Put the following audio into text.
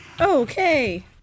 Okay